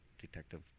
detective